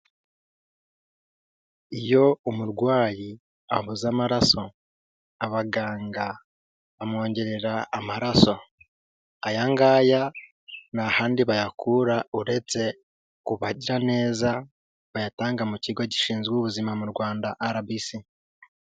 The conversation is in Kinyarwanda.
Iyo umurwayi abuze amaraso, abaganga bamwongerera amaraso. Aya ngaya ntahandi bayakura uretse kubagiraneza bayatanga mu kigo gishinzwe ubuzima mu Rwanda RBC.